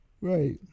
right